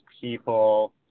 people